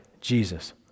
Jesus